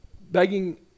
begging